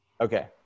Okay